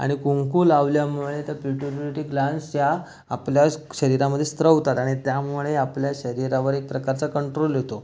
आणि कुंकू लावल्यामुळे त्या पिट्युटरी ग्लान्स ह्या आपल्या शरीरामध्ये स्रवतात आणि त्यामुळे आपल्या शरीरावर एक प्रकारचा कंट्रोल येतो